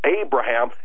Abraham